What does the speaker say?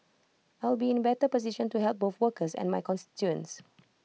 I will be in A better position to help both workers and my constituents